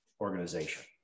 organization